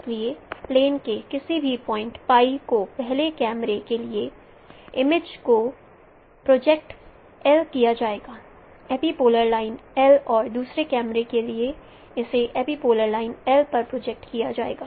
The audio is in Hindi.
इसलिए प्लेन के किसी भी पॉइंट को पहले कैमरे के लिए इमेज को प्रोजेक्ट किया जाएगा एपिपोलर लाइन और दूसरे कैमरे के लिए इसे एपिपोलर लाइन पर प्रोजेक्ट किया जाएगा